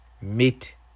meet